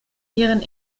ihren